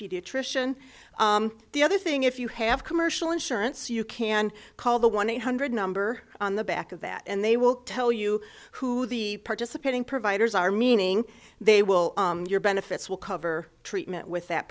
pediatrician the other thing if you have commercial insurance you can call the one eight hundred number on the back of that and they will tell you who the participating providers are meaning they will your benefits will cover treatment with that